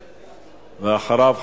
ואחריו,